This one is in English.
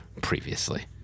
previously